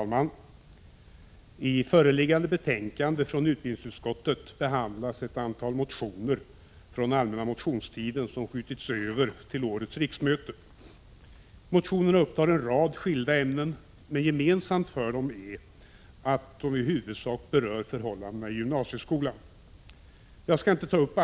Fru talman! I föreliggande betänkande från utbildningsutskottet behandlas ett antal motioner från allmänna motionstiden, som skjutits över till årets riksmöte. Motionerna upptar en rad skilda ämnen, men gemensamt för dem är att de i huvudsak berör förhållanden i gymnasieskolan. Jag skall inte ta upp